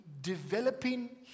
developing